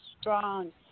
strong